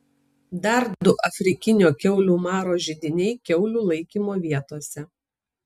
dar du afrikinio kiaulių maro židiniai kiaulių laikymo vietose